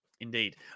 indeed